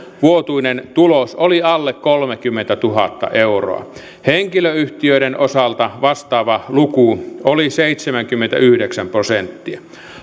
vuotuinen tulos oli alle kolmekymmentätuhatta euroa henkilöyhtiöiden osalta vastaava luku oli seitsemänkymmentäyhdeksän prosenttia